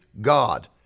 God